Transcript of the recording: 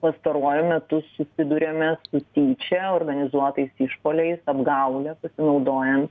pastaruoju metu susiduriame su tyčia organizuotais išpuoliais apgaule pasinaudojant